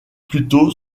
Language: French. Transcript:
plutôt